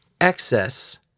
excess